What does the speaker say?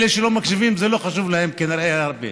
אלה שלא מקשיבים, זה לא חשוב להם כנראה הרבה,